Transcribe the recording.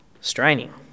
Straining